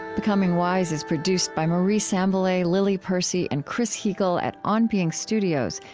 becoming wise is produced by marie sambilay, lily percy, and chris heagle at on being studios,